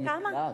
במקלט?